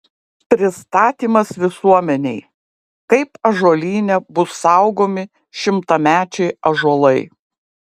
pristatymas visuomenei kaip ąžuolyne bus saugomi šimtamečiai ąžuolai